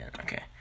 Okay